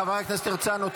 חבר הכנסת הרצנו,